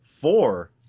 Four